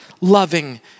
loving